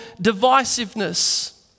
divisiveness